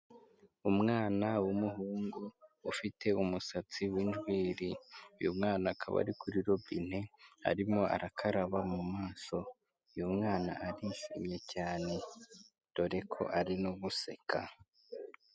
Umwana wumuhungu ufite umusatsi w'injwiri. Uyu mwana akaba ari kuri robine arimo arakaraba mu maso. Uyu mwana arishimye cyane dore ko ari no guseka.